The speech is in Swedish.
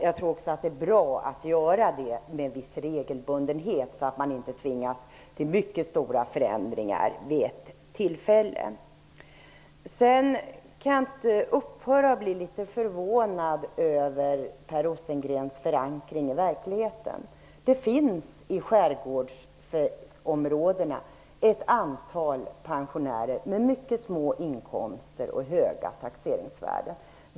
Jag tror att det är bra att göra det med en viss regelbundenhet, så att man inte tvingas till mycket stora förändringar vid ett tillfälle. Jag kan inte upphöra att bli förvånad över Per Rosengrens förankring i verkligheten. Det finns i skärgårdsområdena ett antal pensionärer med mycket små inkomster och höga taxeringsvärden.